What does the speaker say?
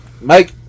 Mike